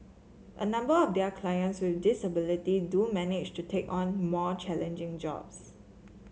a number of their clients with disability do manage to take on more challenging jobs